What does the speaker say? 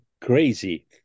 crazy